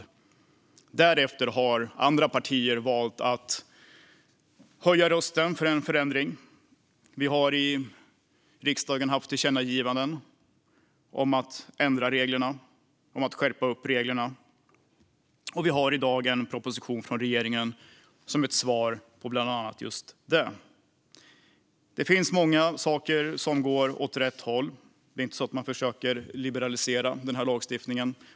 Därefter har andra partier valt att höja rösten för en förändring. Vi har i riksdagen haft tillkännagivanden om att ändra och skärpa reglerna, och vi har i dag en proposition från regeringen som ett svar på bland annat just detta. Det finns många saker som går åt rätt håll. Det är inte så att regeringen försöker liberalisera lagstiftningen.